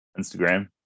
Instagram